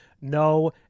no